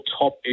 top